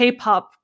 K-pop